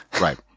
Right